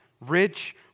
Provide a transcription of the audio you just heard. rich